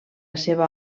seva